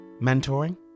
Mentoring